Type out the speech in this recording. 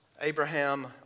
Abraham